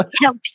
help